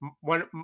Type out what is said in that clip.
one